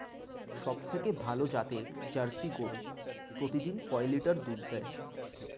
সবথেকে ভালো জাতের জার্সি গরু প্রতিদিন কয় লিটার করে দুধ দেয়?